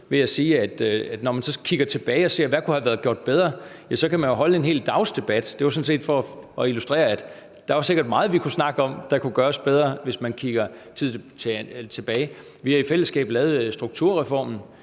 ved at sige, at når man kigger tilbage og ser på, hvad der kunne være gjort bedre, så kan man jo holde en hel dags debat. Det var sådan set for at illustrere, at der sikkert er meget, vi kunne snakke om kunne være gjort bedre, hvis man kigger tilbage i tiden. Vi lavede i fællesskab strukturreformen